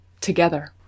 together